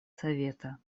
совета